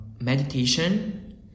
meditation